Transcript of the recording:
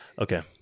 okay